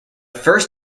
first